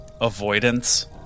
avoidance